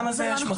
ויש יותר